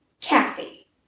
Kathy